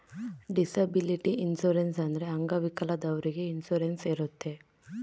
disability insurance ಅಂದ್ರೆ ಅಂಗವಿಕಲದವ್ರಿಗೆ insurance ಇರುತ್ತೆ